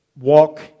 walk